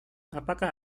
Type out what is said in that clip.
apakah